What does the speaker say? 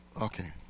Okay